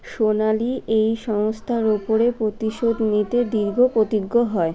সোনালি এই সংস্থার ওপরে প্রতিশোধ নিতে দীর্ঘ প্রতিজ্ঞ হয়